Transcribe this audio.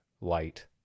light